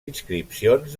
inscripcions